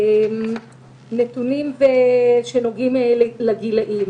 נתונים שנוגעים לגילאים